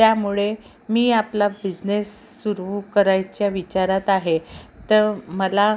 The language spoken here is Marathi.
त्यामुळे मी आपला बिझनेस सुरू करायच्या विचारात आहे तर मला